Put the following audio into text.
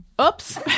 oops